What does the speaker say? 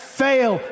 fail